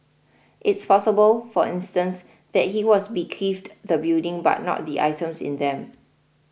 it's possible for instance that he was bequeathed the building but not the items in them